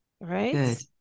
right